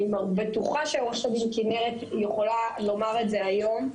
אני בטוחה שעו"ד כנרת יכולה לומר את זה היום,